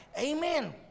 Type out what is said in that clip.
Amen